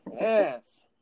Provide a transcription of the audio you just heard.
Yes